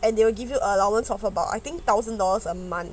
and they will give you a allowance of about I think thousand dollars a month